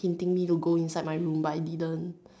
hinting me to go inside my room but I didn't